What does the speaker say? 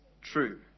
true